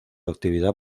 actividad